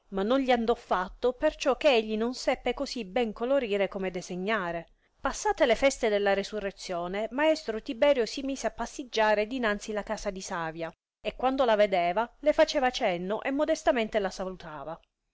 ma non gli andò fatto perciò che egli non seppe così ben colorire come desegnare passate le feste della resurrezione maestro tiberio si mise a passiggiare dinanzi la casa di savia e quando la vedeva le faceva cenno e modestamente la salutava